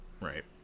Right